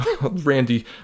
randy